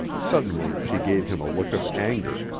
suddenly she gave him a look of anger.